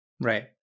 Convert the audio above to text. Right